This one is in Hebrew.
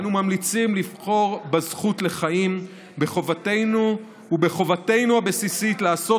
אנו ממליצים לבחור בזכות לחיים ובחובתנו הבסיסית לעשות